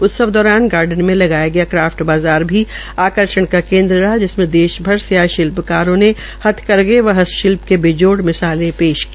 उत्सव दौरान गार्डन में लगाया गया क्राफ्ट बाज़ार भी आकर्षण का केन्द्र रहा जिसमें देश भर से आये शिल्पकारों के हथकरघे व हस्तशिल्प की बेजोड़ मिसाल पेश की